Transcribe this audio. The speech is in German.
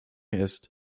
ist